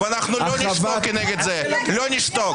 זה בסדר, תנו לו לדבר.